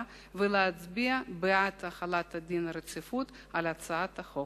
ולהצביע בעד החלת דין הרציפות על הצעת החוק.